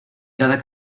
cada